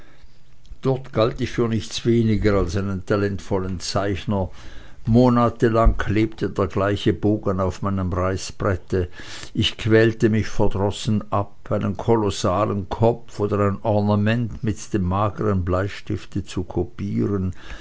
dort galt ich für nichts weniger als für einen talentvollen zeichner monatelang klebte der gleiche bogen auf meinem reißbrette ich quälte mich verdrossen ab einen kolossalen kopf oder ein ornament mit dem magern bleistifte zu kopieren